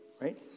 Right